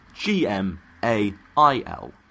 G-M-A-I-L